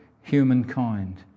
humankind